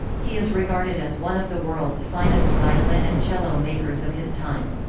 he is regarded as one of the world's finest violin and cello makers of his time.